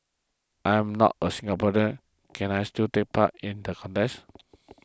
I am not a Singaporean can I still take part in the contest